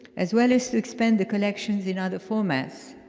as well as expand the collections in other formats.